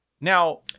Now